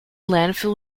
landfill